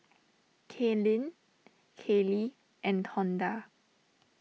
Kaylene Kelly and Tonda